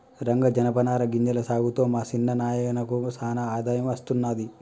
రంగా జనపనార గింజల సాగుతో మా సిన్న నాయినకు సానా ఆదాయం అస్తున్నది